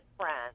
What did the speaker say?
friends